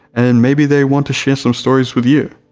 and maybe they want to share some stories with you.